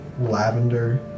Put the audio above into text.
lavender